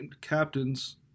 captains